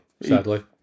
sadly